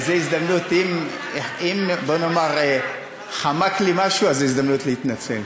וזו הזדמנות, אם חמק לי, אז זו הזדמנות להתנצל.